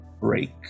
break